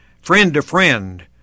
friend-to-friend